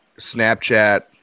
Snapchat